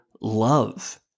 love